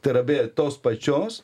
tai yra beje tos pačios